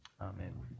Amen